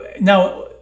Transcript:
now